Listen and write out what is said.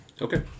Okay